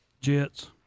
Jets